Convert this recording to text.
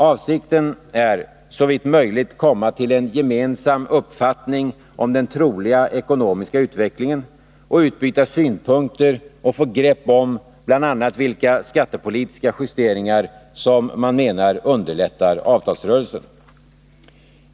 Avsikten är att såvitt möjligt komma till en gemensam uppfattning om den troliga ekonomiska utvecklingen, utbyta synpunkter och få grepp om bl.a. vilka skattepolitiska justeringar som man menar underlättar avtalsrörelsen.